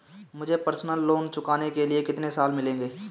मुझे personal loan चुकाने के लिए कितने साल मिलेंगे?